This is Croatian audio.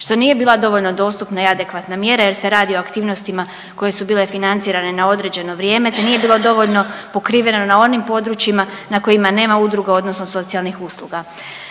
što nije bila dovoljno dostupna i adekvatna mjera jer se radi o aktivnostima koje su bile financirane na određeno vrijeme, te nije bilo dovoljno pokriveno na onim područjima na kojima nema udruga, odnosno socijalnih usluga.